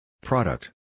Product